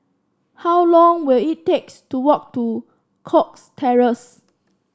how long will it takes to walk to Cox Terrace